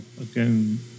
again